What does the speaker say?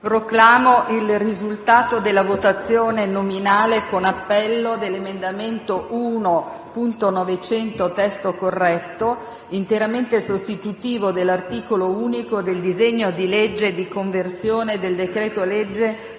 Proclamo il risultato della votazione nominale con appello dell'emendamento 1.900 (testo corretto), interamente sostitutivo dell'articolo unico del disegno di legge di conversione in legge del decreto-legge